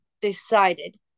decided